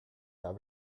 have